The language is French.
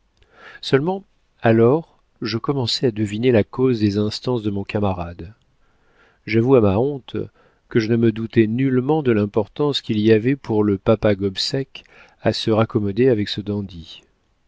seulement alors je commençai à deviner la cause des instances de mon camarade j'avoue à ma honte que je ne me doutais nullement de l'importance qu'il y avait pour le papa gobseck à se raccommoder avec ce